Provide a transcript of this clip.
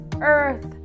earth